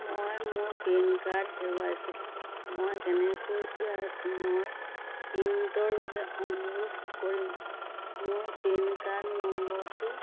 মই মোৰ PAN card হেৰুৱাইছিলোঁ মই কেনেকৈ ইয়াৰ পুনৰ প্ৰিণ্টৰ বাবে অনুৰোধ কৰিম মোৰ পেন কাৰ্ড নম্বৰটো